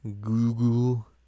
Google